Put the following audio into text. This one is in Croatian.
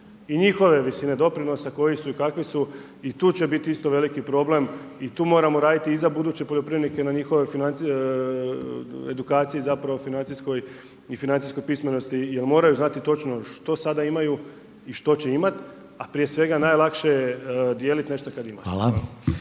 i njihove visine doprinose koji su i kakvi su i tu će isto biti veliki problem i tu moramo raditi i za buduće poljoprivrednike i na njihovoj edukaciji financijskoj i financijskoj pismenosti jer moraju znati točno što sada imaju i što će imat. A prije svega najlakše je dijelit nešto kad imaš.